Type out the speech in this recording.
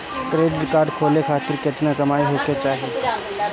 Credit card खोले खातिर केतना कमाई होखे के चाही?